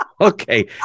Okay